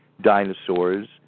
dinosaurs